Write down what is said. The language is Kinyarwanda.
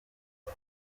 ngo